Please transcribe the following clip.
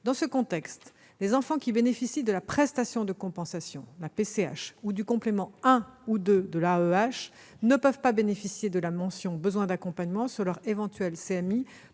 Dans ce contexte, les enfants qui bénéficient de la prestation de compensation, la PCH, ou du complément 1 ou 2 de l'AEEH ne peuvent pas bénéficier de la mention « besoin d'accompagnement » sur leur éventuelle CMI,